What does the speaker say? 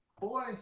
Boy